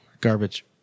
Garbage